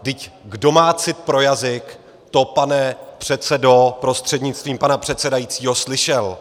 Vždyť kdo má cit pro jazyk, to, pane předsedo prostřednictvím pana předsedajícího, slyšel.